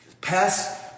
Pass